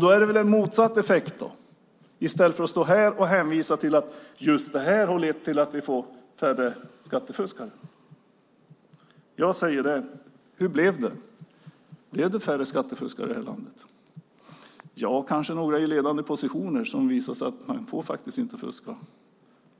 Då har det väl en motsatt effekt, och då kan man väl inte stå här och hänvisa till att just ROT-avdraget har lett till att vi fått färre skattefuskare. Jag frågar: Hur blev det? Blev det färre skattefuskare i det här landet? Ja, kanske några i ledande positioner som insett att man faktiskt inte får fuska.